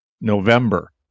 November